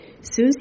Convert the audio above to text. Susie